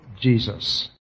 Jesus